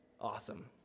awesome